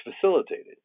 facilitated